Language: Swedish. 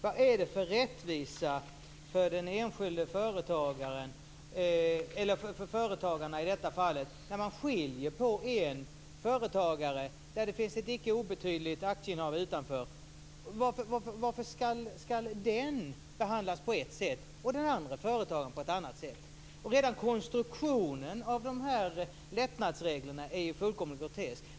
Vad är det för rättvisa för de enskilda företagarna att man skiljer ut ett företag vars aktier till icke obetydlig del ägs av utomstående? Varför skall detta företag behandlas på ett sätt och det andra företaget på ett annat sätt? Redan konstruktionen av lättnadsreglerna är helt grotesk.